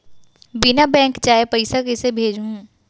बिना बैंक जाये पइसा कइसे भेजहूँ?